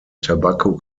tobacco